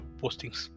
postings